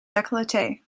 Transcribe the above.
decollete